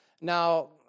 Now